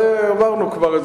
את זה אמרנו כבר,